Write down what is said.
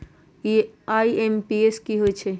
IMPS की होईछइ?